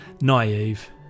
naive